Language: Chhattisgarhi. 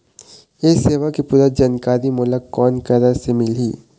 ये सेवा के पूरा जानकारी मोला कोन करा से मिलही?